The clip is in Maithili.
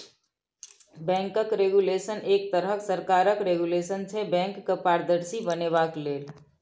बैंकक रेगुलेशन एक तरहक सरकारक रेगुलेशन छै बैंक केँ पारदर्शी बनेबाक लेल